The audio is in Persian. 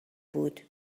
بود